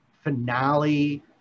finale